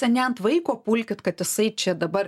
tai ne ant vaiko pulkit kad jisai čia dabar